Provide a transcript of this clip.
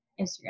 Instagram